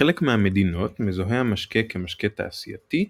בחלק מהמדינות, מזוהה המשקה כמשקה תעשייתי,